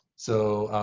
so